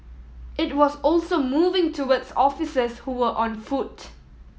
it was also moving towards officers who were on foot